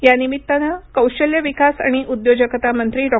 या निमित्तानं कौशल्य विकास आणि उद्योजकता मंत्री डॉ